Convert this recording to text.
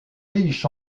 riches